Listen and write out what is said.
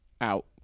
out